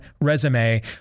resume